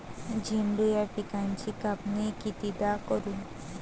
झेंडू या पिकाची कापनी कितीदा करू?